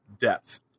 depth